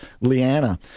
Leanna